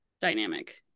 dynamic